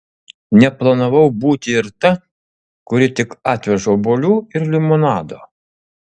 neplanavau būti ir ta kuri tik atveža obuolių ir limonado